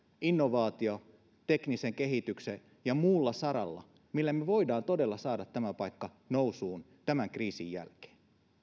innovaatioteknisen kehityksen ja muulla saralla millä me voimme todella saada tämän paikan nousuun tämän kriisin jälkeen